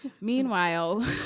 Meanwhile